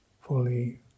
fully